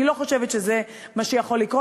אני לא חושבת שזה מה שיכול לקרות,